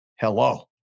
hello